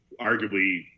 arguably